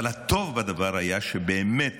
אבל הטוב בדבר היה שהוא באמת